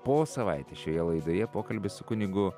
po savaitės šioje laidoje pokalbis su kunigu